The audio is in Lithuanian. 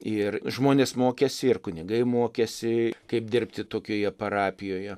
ir žmonės mokėsi ir kunigai mokėsi kaip dirbti tokioje parapijoje